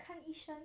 看医生